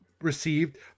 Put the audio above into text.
received